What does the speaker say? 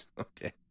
Okay